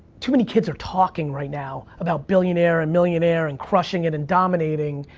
too many kids are talking right now about billionaire and millionaire and crushing it and dominating,